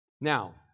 Now